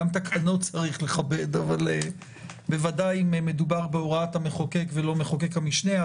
גם תקנות צריך לכבד אבל בוודאי אם מדובר בהוראת המחוקק ולא מחוקק המשנה.